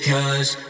Cause